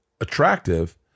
attractive